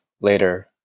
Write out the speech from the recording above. later